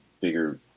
bigger